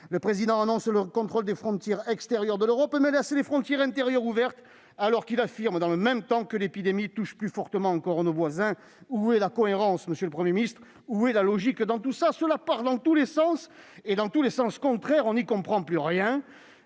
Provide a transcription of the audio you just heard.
Le Président annonce le contrôle des frontières extérieures de l'Europe, mais laisse les frontières intérieures ouvertes, alors qu'il affirme dans le même temps que l'épidémie touche plus fortement encore nos voisins. Où est la cohérence, monsieur le Premier ministre ? Où est la logique ? Cela part dans tous les sens, et dans tous les sens contraires ! On n'y comprend plus rien